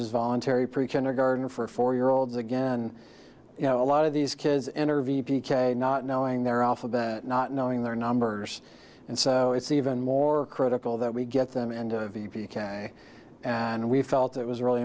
is voluntary pre kindergarten for four year olds again you know a lot of these kids enter v p k not knowing their alphabet not knowing their numbers and so it's even more critical that we get them and v p k and we felt it was really